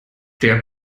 der